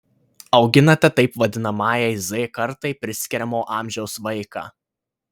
auginate taip vadinamajai z kartai priskiriamo amžiaus vaiką